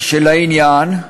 של העניין,